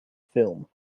film